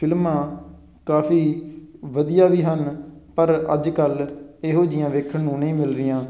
ਫਿਲਮਾਂ ਕਾਫੀ ਵਧੀਆ ਵੀ ਹਨ ਪਰ ਅੱਜ ਕੱਲ ਇਹੋ ਜਿਹੀਆਂ ਵੇਖਣ ਨੂੰ ਨਹੀਂ ਮਿਲ ਰਹੀਆਂ